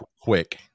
quick